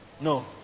No